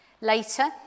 Later